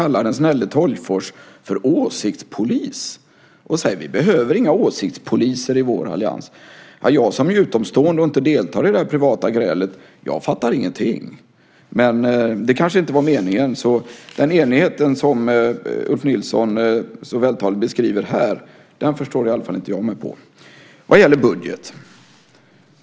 Björklund säger att det inte behövs några åsiktspoliser i er allians. Som utomstående och icke deltagare i det privata grälet fattar jag ingenting, men det kanske inte var meningen heller. Den enighet som Ulf Nilsson så vältaligt beskriver här förstår i alla fall inte jag mig på. Så till budgeten.